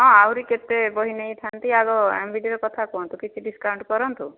ହଁ ଆହୁରି କେତେ ବହି ନେଇଥାନ୍ତି ଆଗ ଏମ୍ବିଡ଼ିର କଥା କୁହନ୍ତୁ କିଛି ଡିସ୍କାଉଣ୍ଟ୍ କରନ୍ତୁ